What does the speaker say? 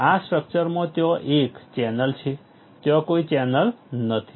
આ સ્ટ્રકચરમાં ત્યાં એક ચેનલ છે ત્યાં કોઈ ચેનલ નથી